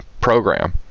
program